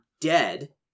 dead